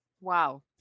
Wow